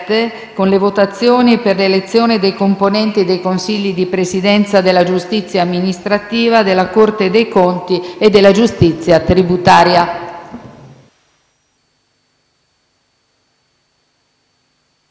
**Votazioni per l'elezione dei componenti dei consigli di presidenza della giustizia amministrativa,****della Corte dei conti e della giustizia tributaria**